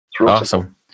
Awesome